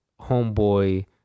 homeboy